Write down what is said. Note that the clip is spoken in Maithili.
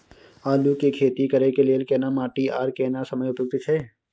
आलू के खेती करय के लेल केना माटी आर केना समय उपयुक्त छैय?